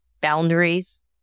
boundaries